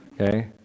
Okay